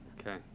okay